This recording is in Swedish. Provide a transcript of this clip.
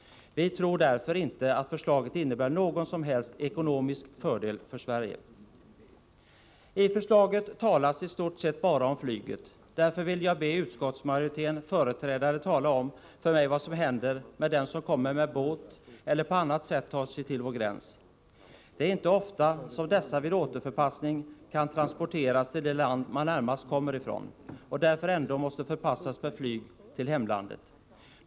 Vi tror därför inte att förslaget innebär någon som helst ekonomisk fördel för Sverige. I förslaget talas i stort sett bara om flyget. Därför vill jag be utskottsmajoritetens företrädare att tala om för mig vad som händer med dem som kommer med båt eller på annat sätt tar sig till vår gräns. Det är inte ofta som dessa vid återförpassning kan transporteras till det land de närmast kom ifrån. Därför måste de ändå förpassas per flyg till hemlandet.